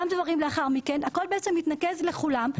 גם דברים לאחר מכן הכול מתנקז לכולם.